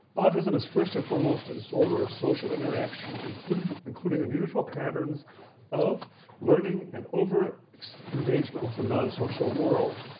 autism is first and foremost a disorder of social interaction, including including unusual patterns of learning and over engagement with the non-social world.